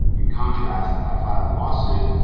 in contrast, if i file a lawsuit,